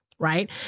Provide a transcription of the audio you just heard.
right